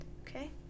Okay